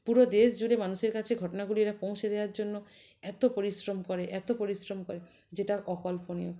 পুরো দেশ জুড়ে মানুষের কাছে ঘটনাগুলি এরা পৌঁছে দেওয়ার জন্য এতো পরিশ্রম করে এতো পরিশ্রম করে যেটা অকল্পনীয়